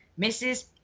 Mrs